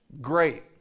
Great